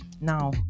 now